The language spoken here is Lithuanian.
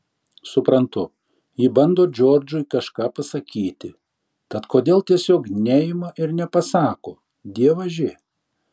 suprantu ji bando džordžui kažką pasakyti tad kodėl tiesiog neima ir nepasako dievaži